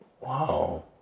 Wow